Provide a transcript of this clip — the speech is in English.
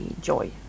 joy